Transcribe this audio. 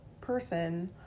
person